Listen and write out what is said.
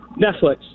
Netflix